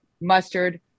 mustard